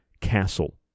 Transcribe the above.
castle